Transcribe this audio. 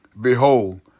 Behold